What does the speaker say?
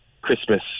Christmas